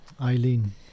Eileen